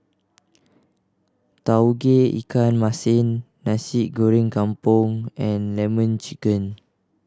Tauge Ikan Masin Nasi Goreng Kampung and Lemon Chicken